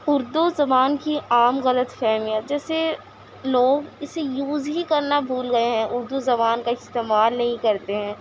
اردو زبان کی عام غلط فہمیاں جیسے لوگ اسے یوز ہی کرنا بھول گئے ہیں اردوزبان کا استعمال نہیں کرتے ہیں